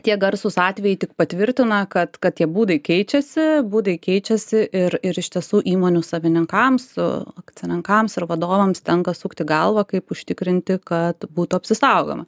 tie garsūs atvejai tik patvirtina kad kad tie būdai keičiasi būdai keičiasi ir ir iš tiesų įmonių savininkams su akcininkams ir vadovams tenka sukti galvą kaip užtikrinti kad būtų apsisaugoma